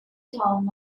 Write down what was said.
town